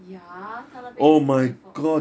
ya 他那边有 flying fox